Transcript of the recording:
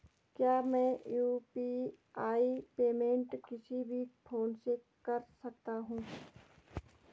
क्या मैं UPI payment किसी भी फोन से कर सकता हूँ?